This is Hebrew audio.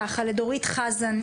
דורית חזן,